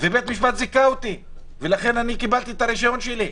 ובית משפט זיכה אותי ולכן אני קיבלתי את הרישיון שלי.